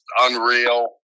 unreal